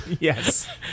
Yes